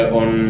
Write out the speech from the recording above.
on